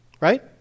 right